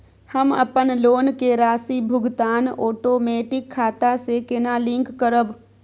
हम अपन लोन के राशि भुगतान ओटोमेटिक खाता से केना लिंक करब?